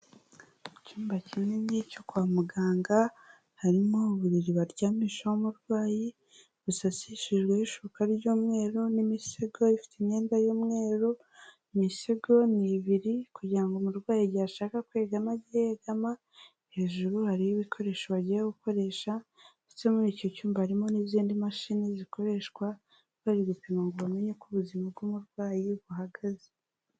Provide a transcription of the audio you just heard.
Mu cyumba kinini cyo kwa muganga, harimo uburiri baryamishaho umurwayi busasishijweho ishuka ry'umweru, n'imisego ifite imyenda y'umweru, imisego ni ibiri kugira ngo umurwayi igihe ashaka kwegama ajye yegama, hejuru hariho ibikoresho bagiye gukoresha, ndetse muri icyo cyumba harimo n'izindi mashini zikoreshwa bari gupima ngo bamenye uko ubuzima bw'umurwayi buhagaze.